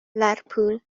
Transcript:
lerpwl